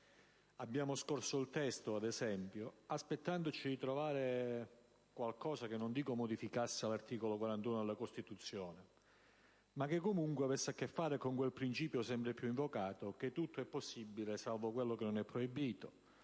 abbiamo scorso il testo aspettandoci di trovarvi qualcosa che, non dico modificasse l'articolo 41 della Costituzione, ma comunque avesse a che fare con quel principio, sempre più invocato, che tutto è possibile salvo quello che non è proibito,